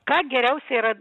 ką geriausia yra